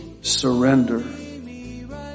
surrender